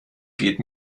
geht